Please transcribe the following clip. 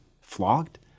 flogged